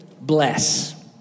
bless